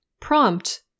Prompt